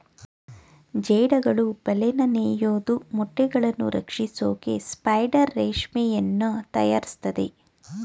ಜೇಡಗಳು ಬಲೆನ ನೇಯೋದು ಮೊಟ್ಟೆಗಳನ್ನು ರಕ್ಷಿಸೋಕೆ ಸ್ಪೈಡರ್ ರೇಷ್ಮೆಯನ್ನು ತಯಾರಿಸ್ತದೆ